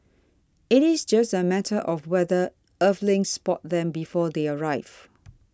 it is just a matter of whether Earthlings spot them before they arrive